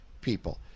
people